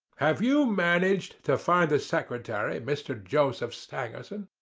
have you managed to find the secretary, mr. joseph stangerson?